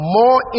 more